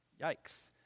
Yikes